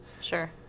Sure